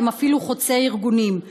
והם אפילו חוצי ארגונים,